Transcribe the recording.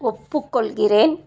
ஒப்புக்கொள்கிறேன்